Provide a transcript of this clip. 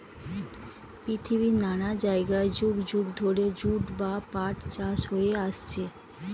পৃথিবীর নানা জায়গায় যুগ যুগ ধরে জুট বা পাট চাষ হয়ে আসছে